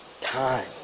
time